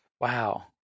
wow